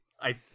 I-